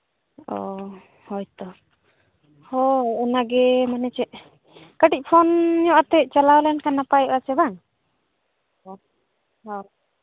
ᱚ ᱦᱳᱭᱛᱚ ᱦᱳᱭ ᱚᱱᱟ ᱜᱮ ᱢᱟᱱᱮ ᱪᱮᱫ ᱠᱟᱹᱴᱤᱡ ᱯᱷᱳᱱ ᱧᱚᱜ ᱟᱛᱮ ᱪᱟᱞᱟᱣ ᱞᱮᱱᱠᱷᱟᱱ ᱱᱟᱯᱟᱭᱚᱜᱼᱟ ᱪᱮ ᱵᱟᱝ ᱦᱚᱸ ᱦᱚᱸ